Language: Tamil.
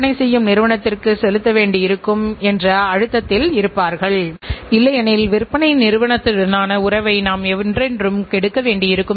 எனவே மற்ற நிறுவனங்களின் சேவையின் செயல்திறன் என்ன என்பதை அளவிட முடியாத முக்கியமான அளவுருக்கள் எவை என்பதை நம்மால் கண்டுபிடிக்க முடியாது